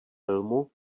filmu